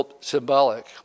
symbolic